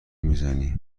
میزنی